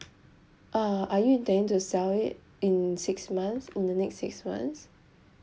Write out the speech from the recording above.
ah are you intending to sell it in six months in the next six months